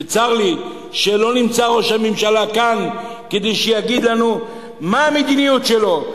וצר לי שלא נמצא ראש הממשלה כאן כדי שיגיד לנו מה המדיניות שלו,